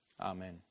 Amen